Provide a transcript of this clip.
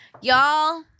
Y'all